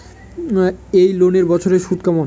এই লোনের বছরে সুদ কেমন?